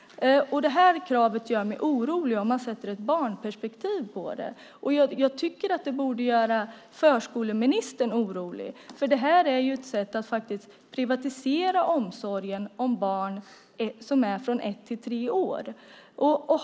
Det kravet gör mig orolig om man sätter ett barnperspektiv på det. Jag tycker att det borde göra förskoleministern orolig, för det här är ett sätt att privatisera omsorgen om barn från ett till tre år.